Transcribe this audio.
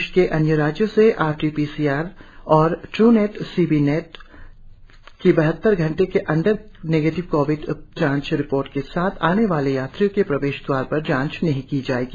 देश के अन्य राज्यों से R T P C R Truenat या सी बी नेट की बहत्तर घंटे के अंदर की निगेटिव कोविड जांच रिपोर्ट के साथ आने वाले यात्रियों की प्रवेश दवार पर जांच नहीं की जाएगी